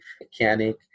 mechanic